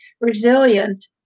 resilient